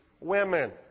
women